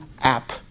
app